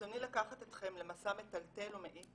ברצוני לקחת אתכם למסע מטלטל ומעיק